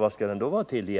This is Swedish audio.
vad skall den då vara till för?